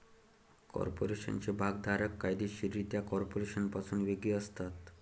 कॉर्पोरेशनचे भागधारक कायदेशीररित्या कॉर्पोरेशनपासून वेगळे असतात